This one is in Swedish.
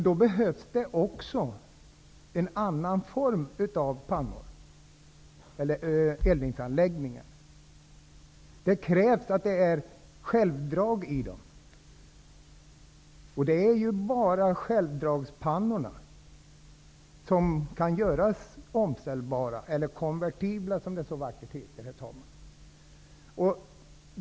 Då behövs det också en annan form av pannor eller eldningsanläggningar. Det krävs att det är självdrag i dem. Det är bara självdragspannorna som kan göras omställningsbara, eller konvertibla som det så vackert heter.